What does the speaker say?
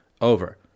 over